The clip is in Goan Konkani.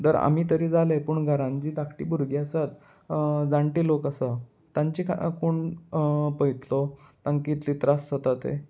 जर आमी तरी जालें पूण घरान जी धाकटी भुरगीं आसात जाणटे लोक आसा तांची कोण पळयतलो तांक इतले त्रास जाता ते